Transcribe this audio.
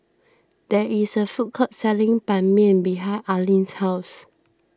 there is a food court selling Ban Mian behind Arlin's house